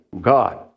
God